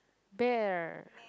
bear